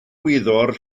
wyddor